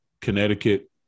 Connecticut